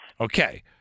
Okay